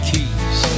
Keys